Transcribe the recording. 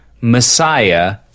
Messiah